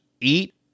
eat